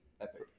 Epic